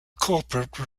corporate